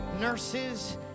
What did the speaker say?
nurses